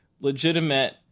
legitimate